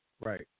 Right